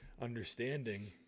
understanding